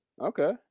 Okay